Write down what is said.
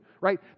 right